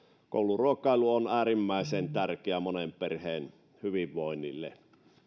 kouluruokailu on äärimmäisen tärkeä monen perheen hyvinvoinnille